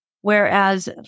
Whereas